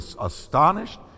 astonished